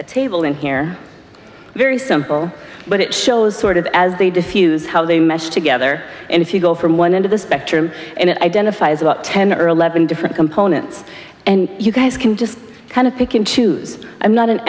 table in here very simple but it shows sort of as they diffuse how they mesh together and if you go from one end of the spectrum and it identifies about ten or eleven different components and you guys can just kind of pick and choose i'm not an